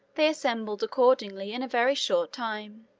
they assembled, accordingly, in a very short time.